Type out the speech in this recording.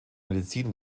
medizin